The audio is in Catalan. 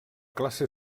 classe